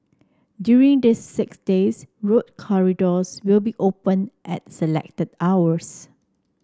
during these six days road corridors will be open at selected hours